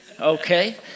Okay